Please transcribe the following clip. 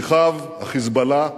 שליחיו, ה"חיזבאללה"